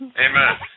Amen